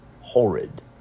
horrid